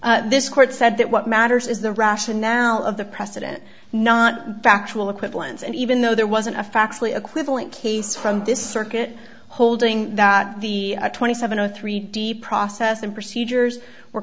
rightly this court said that what matters is the rationale of the precedent not factual equivalence and even though there wasn't a fax lee equivalent case from this circuit holding that the twenty seven zero three d process and procedures